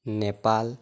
Nepal